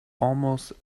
almost